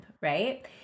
right